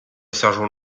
sergent